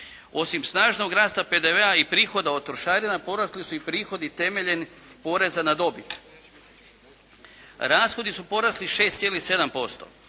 Osim snažnog rasta PDV-a i prihoda od trošarina porasli su i prihodi temeljem poreza na dobit. Rashodi su porasli 6,7%.